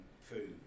food